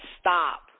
stop